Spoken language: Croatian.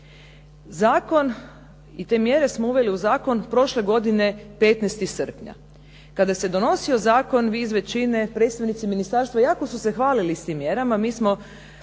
Zakon i te mjere smo uveli u zakon prošle godine 15. srpnja. Kada se donosio zakon, vi iz većine, predstavnici ministarstva jako su se hvalili s tim mjerama, mi smo